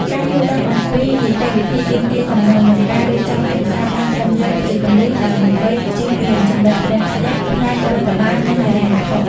ការយល់ដឹងអំពី នីតិវិធីទាមទារសំណង និងការរៀបចំឯកសារបានត្រឹមត្រូវ គឺជាគន្លឹះដើម្បីជៀសវាង ចំណុចរាំងស្ទះ ផ្នែករដ្ឋបាល និងហិរញ្ញវត្ថុ។